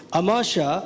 amasha